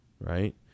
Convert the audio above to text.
right